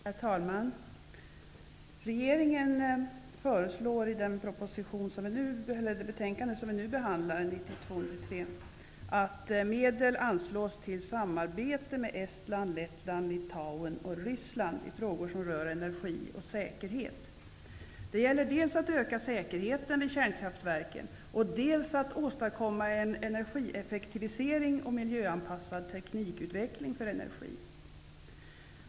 Herr talman! Regeringen föreslår i proposition 1992/93:99, som behandlas i här aktuella betänkande, att medel anslås till samarbete med Estland, Lettland, Litauen och Ryssland i frågor som rör energi och säkerhet. Det gäller att dels öka säkerheten vid kärnkraftverken, dels åstadkomma en energieffektivisering och en miljöanpassad teknikutveckling för energi.